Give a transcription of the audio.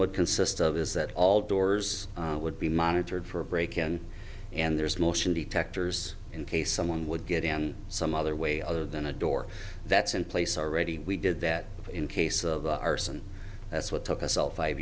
would consist of is that all doors would be monitored for a break in and there's motion detectors in case someone would get in some other way other than a door that's in place already we did that in case of arson that's what took us all five